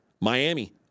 Miami